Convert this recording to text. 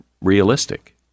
realistic